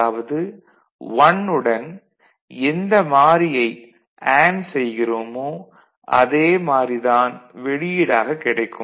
அதாவது 1 உடன் எந்த மாறியை அண்டு செய்கிறோமோ அதே மாறி தான் வெளியீடாகக் கிடைக்கும்